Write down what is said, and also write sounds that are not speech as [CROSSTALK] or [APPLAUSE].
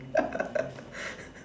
[LAUGHS]